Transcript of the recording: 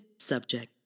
subject